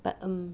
but um